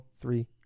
three